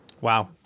Wow